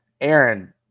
Aaron